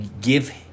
give